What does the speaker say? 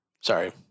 Sorry